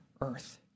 earth